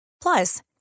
Plus